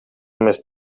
més